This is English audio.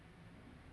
ya